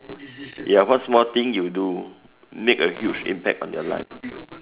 ya what small thing you do make a huge impact on your life